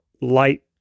light